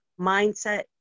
mindset